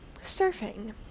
surfing